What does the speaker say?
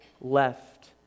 left